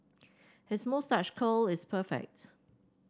his moustache curl is perfect